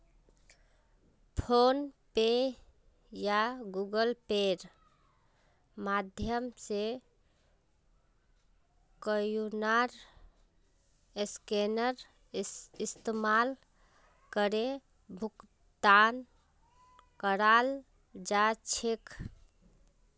phone पे या Google पेर माध्यम से क्यूआर स्कैनेर इस्तमाल करे भुगतान कराल जा छेक